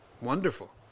Wonderful